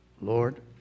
Lord